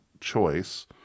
choice